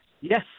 Yes